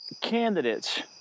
candidates